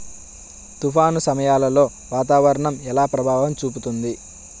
తుఫాను సమయాలలో వాతావరణం ఎలా ప్రభావం చూపుతుంది?